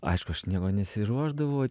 aišku aš nieko nesiruošdavau